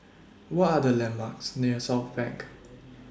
What Are The landmarks near Southbank